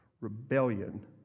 Rebellion